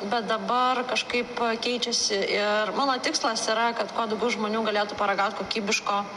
bet dabar kažkaip keičiasi ir mano tikslas yra kad kuo daugiau žmonių galėtų paragaut kokybiško